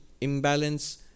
imbalance